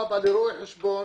אבא לרואה חשבון